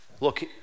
look